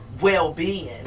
well-being